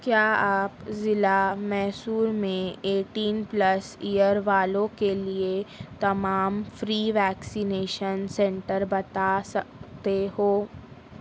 کیا آپ ضلع میسور میں ایٹین پلس ایر والوں کے لیے تمام فری ویکسینیشن سنٹر بتا سکتے ہو